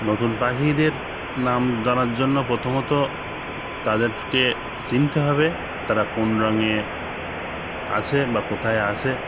নতুন পাখিদের নাম জানার জন্য প্রথমত তাদেরকে চিনতে হবে তারা কোন রঙে আসে বা কোথায় আসে